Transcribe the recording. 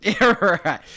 Right